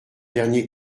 dernier